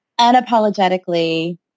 unapologetically